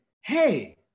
hey